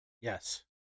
yes